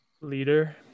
Leader